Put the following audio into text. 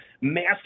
massive